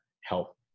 help